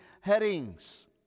headings